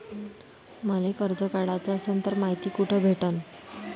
मले कर्ज काढाच असनं तर मायती कुठ भेटनं?